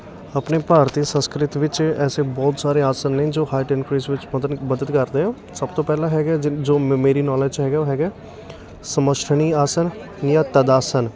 ਆਪਣੇ ਭਾਰਤੀ ਸੰਸਕ੍ਰਿਤ ਵਿੱਚ ਐਸੇ ਬਹੁਤ ਸਾਰੇ ਆਸਣ ਨੇ ਜੋ ਹਾਈਟ ਇੰਨਕਰੀਜ਼ ਵਿੱਚ ਮਦਦ ਮਦਦ ਕਰਦੇ ਆ ਸਭ ਤੋਂ ਪਹਿਲਾ ਹੈਗਾ ਜ ਜੋ ਮ ਮੇਰੀ ਨੌਲੇਜ 'ਚ ਹੈਗਾ ਉਹ ਹੈਗਾ ਸਮਸ਼ਥਿਨੀ ਆਸਣ ਜਾਂ ਤਦਾਆਸਣ